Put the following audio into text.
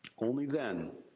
only then,